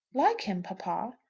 like him, papa?